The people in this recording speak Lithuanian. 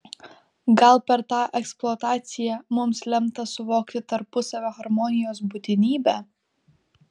gal per tą eksploataciją mums lemta suvokti tarpusavio harmonijos būtinybę